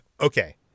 Okay